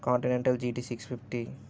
continental GT six fifty